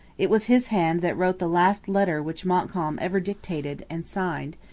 it was his hand that wrote the last letter which montcalm ever dictated and signed,